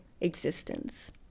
existence